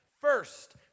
First